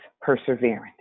perseverance